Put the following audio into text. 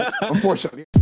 Unfortunately